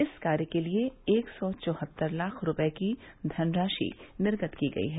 इस कार्य के लिए एक सौ चौहत्तर लाख रूपये की धनराशि निर्गत की गई है